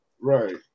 Right